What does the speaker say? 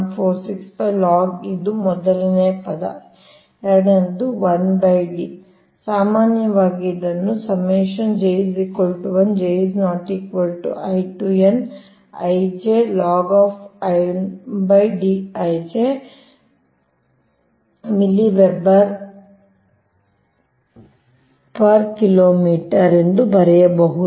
465 log ಇದು ಮೊದಲನೇ ಪದ ಎರದನೆದು 1D ಸಾಮಾನ್ಯವಾಗಿ ಇದನ್ನು ಬರೆಯಬಹುದು